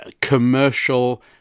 commercial